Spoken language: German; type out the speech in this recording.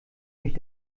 mich